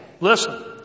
Listen